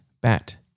bat